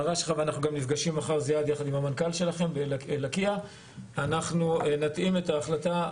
אנחנו נפגשים מחר יחד עם המנכ"ל שלכם ונתאים את ההחלטה.